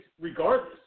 regardless